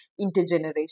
intergenerational